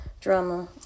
drama